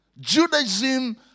Judaism